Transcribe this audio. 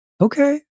Okay